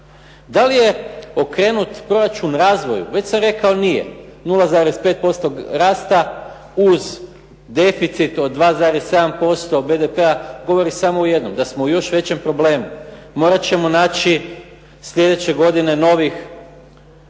Da li je okrenut proračun razvoju? Već sam rekao nije. 0,5% rasta uz deficit od 2,7% BDP-a govori samo o jednom, da smo u još većem problemu. Morat ćemo naći slijedeće godine novih